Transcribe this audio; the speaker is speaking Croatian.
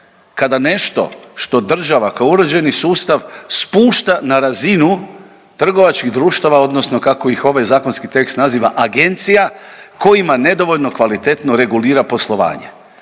kada nešto što država kao uređeni sustav spušta na razinu trgovačkih društava odnosno kako ih ovaj zakonski tekst naziva agencija kojima nedovoljno kvalitetno regulira poslovanje.